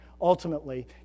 Ultimately